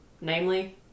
Namely